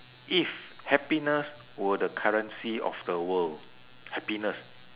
if happiness were the currency of the world happiness